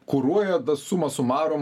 kuruoja na summa summarum